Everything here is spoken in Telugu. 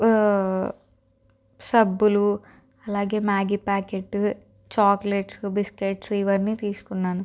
సబ్బులూ అలాగే మ్యాగీ ప్యాకెట్టు చాక్లెట్స్ బిస్కెట్స్ ఇవన్నీ తీసుకున్నాను